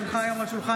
כי הונחו היום על שולחן